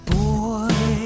boy